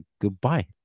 goodbye